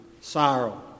sorrow